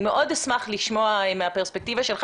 אני מאוד אשמח לשמוע מהפרספקטיבה שלך